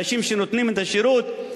אנשים שנותנים את השירות.